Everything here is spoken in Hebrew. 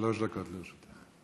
שלוש דקות לרשותך.